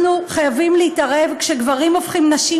אנחנו חייבים להתערב כשגברים הופכים נשים